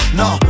no